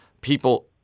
people